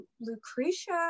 lucretia